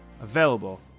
available